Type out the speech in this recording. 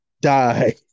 die